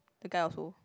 the guy also